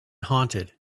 haunted